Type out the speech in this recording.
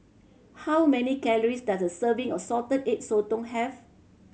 how many calories does a serving of Salted Egg Sotong have